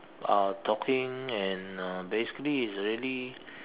uh talking and uh basically it's really